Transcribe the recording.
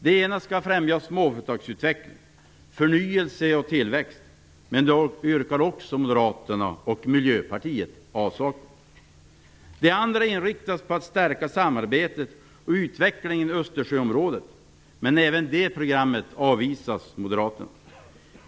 Det ena skall främja småföretagsutveckling, förnyelse och tillväxt, men också det yrkar moderaterna och Miljöpartiet avslag på. Det andra inriktas på att stärka samarbetet och utvecklingen i Östersjöområdet, men även detta program avvisas av moderaterna.